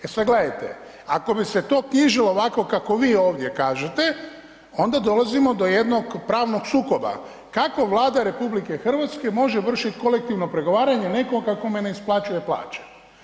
E sad gledajte, ako bi se to knjižilo ovako kako vi ovdje kažete onda dolazimo do jednog pravnog sukoba, kako Vlada RH može vršiti kolektivno pregovaranje nekog kome ne isplaćuje plaće.